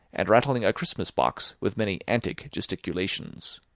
and rattling a christmas-box with many antic gesticulations.